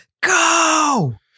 go